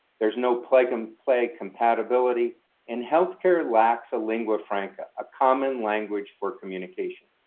there's no plug and play compatibility and healthcare lacks a lingua franca a common language for communication.